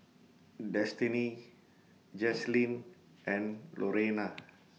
Destiney Jaslene and Lorena